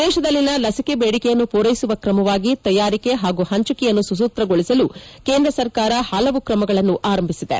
ದೇಶದಲ್ಲಿನ ಲಸಿಕೆ ಬೇಡಿಕೆಯನ್ನು ಪೂರೈಸುವ ಕ್ರಮವಾಗಿ ತಯಾರಿಕೆ ಹಾಗೂ ಹಂಚಿಕೆಯನ್ನು ಸುಸೂತ್ರಗೊಳಿಸಲು ಕೇಂದ್ರ ಸರ್ಕಾರ ಹಲವು ಕ್ರಮಗಳನ್ನು ಆರಂಭಿಸಿದೆ